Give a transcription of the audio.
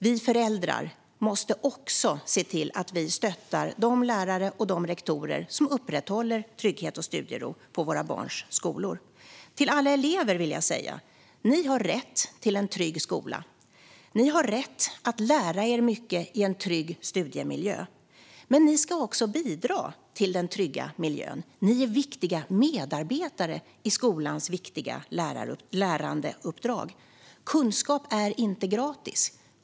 Vi föräldrar måste också se till att vi stöttar de lärare och de rektorer som upprätthåller trygghet och studiero i våra barns skolor. Till alla elever vill jag säga: Ni har rätt till en trygg skola. Ni har rätt att lära er mycket i en trygg studiemiljö. Men ni ska också bidra till den trygga miljön. Ni är viktiga medarbetare i skolans viktiga lärandeuppdrag. Kunskap är inte gratis.